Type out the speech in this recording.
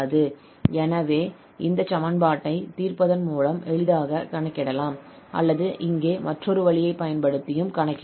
எனவே இந்த சமன்பாட்டைத் தீர்ப்பதன் மூலம் எளிதாகக் கணக்கிடலாம் அல்லது இங்கே மற்றொரு வழியை பயன்படுத்தி கணக்கிடலாம்